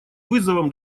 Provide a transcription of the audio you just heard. вызовом